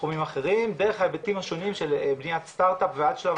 תחומים אחרים דרך ההיבטים השונים של בניית סטארט אפ ועד שלב